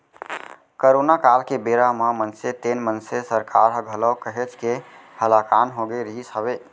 corona काल के बेरा म मनसे तेन मनसे सरकार ह घलौ काहेच के हलाकान होगे रिहिस हवय